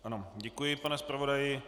Ano, děkuji, pane zpravodaji.